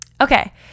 okay